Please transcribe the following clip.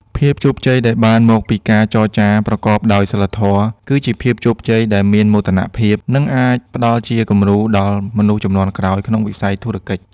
ភាពជោគជ័យដែលបានមកពីការចរចាប្រកបដោយសីលធម៌ គឺជាភាពជោគជ័យដែលមានមោទនភាព និងអាចផ្ដល់ជាគំរូដល់មនុស្សជំនាន់ក្រោយក្នុងវិស័យធុរកិច្ច។